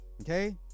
Okay